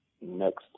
next